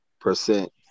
percent